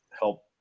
help